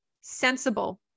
sensible